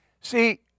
See